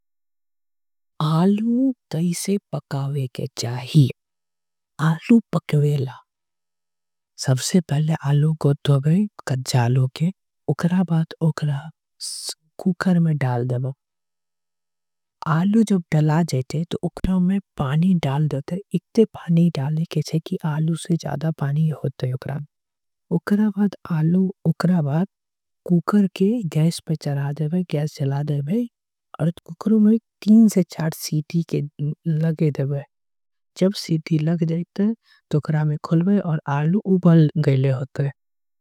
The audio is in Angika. आलू तईसे पकावे के चाहिए आलू पकवे ला। सबसे पहले आलू गोधवे कज्जालो के उक्रा बाद उक्रा कूकर में डाल। देवो आलू जो डला जेते तो उक्रा में पानी डाल। देते उक्रा बाद आलू उक्रा बाद कूकर के गैस। चला देवो कूकर में सीटी के लगे देवो जब सीटी। लगे देते तो उक्रा में खुलवे और आलू उबल गेले होते।